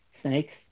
snakes